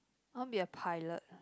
I want be a pilot ah